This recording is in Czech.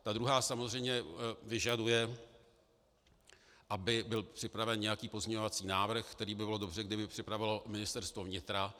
Ta druhá samozřejmě vyžaduje, aby byl připraven nějaký pozměňovací návrh, který by bylo dobře, kdyby připravilo Ministerstvo vnitra.